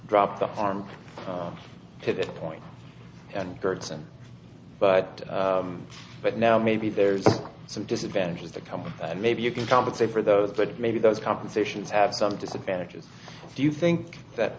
drop the arm to that point and goodson but but now maybe there's some disadvantages that come with that maybe you can compensate for those but maybe those compensations have some disadvantages do you think that